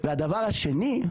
והדבר השני,